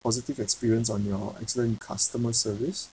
positive experience on your excellent customer service